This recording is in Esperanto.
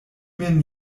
min